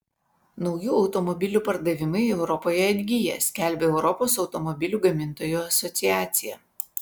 naujų automobilių pardavimai europoje atgyja skelbia europos automobilių gamintojų asociacija